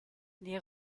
les